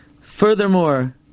Furthermore